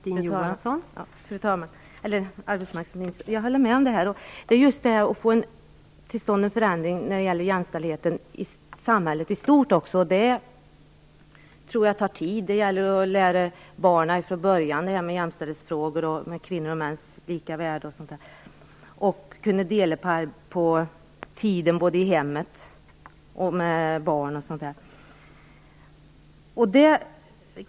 Fru talman! Jag håller med om det arbetsmarknadsministern säger. Det är just fråga om att få till stånd en förändring när det gäller jämställdhet i samhället i stort, och jag tror att det tar tid. Det gäller att från början lära barnen vad jämställdhet är, kvinnors och mäns lika värde m.m., liksom att man kan dela på tiden i hemmet och med barnen.